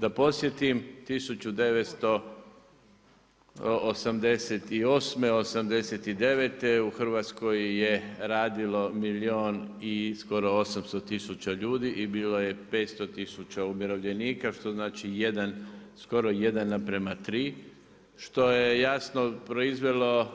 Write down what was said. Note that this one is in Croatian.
Da podsjetim, 1988., 1989. u Hrvatskoj je radilo milijun i skoro 800 tisuća ljudi i bilo je 500 tisuća umirovljenika što znači skoro 1:3 što je jasno proizvelo